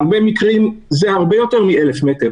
בהרבה מקרים זה הרבה יותר מ-1,000 מטר.